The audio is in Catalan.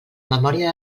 memòria